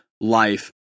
life